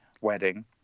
wedding